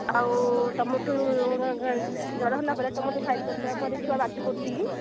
ଆଉ ତୁମଠୁ ଜ୍ଵର ହେଲା ପରେ ତୁମଠୁ ଖାଇ ସାରିଲା ପରେ ଛୁଆ ବାନ୍ତି କରୁଛି କି